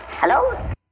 Hello